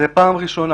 זו פעם ראשונה.